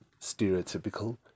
stereotypical